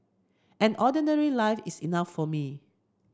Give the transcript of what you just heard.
an ordinary life is enough for me